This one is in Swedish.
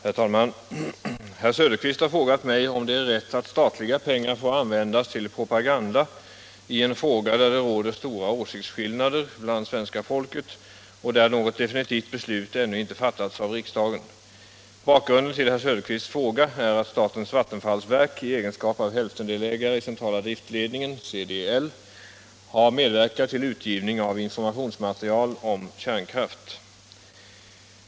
Herr talman! Herr Söderqvist har frågat mig om det är rätt att statliga pengar får användas till propaganda i en fråga där det råder stora åsiktsskillnader bland svenska folket och där något definitivt beslut ännu inte fattats av riksdagen. Bakgrunden till herr Söderqvists fråga är att statens vattenfallsverk i egenskap av hälftendelägare i Centrala driftledningen har medverkat till utgivning av informationsmaterial om kärnkraft.